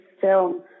film